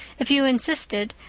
if you insisted,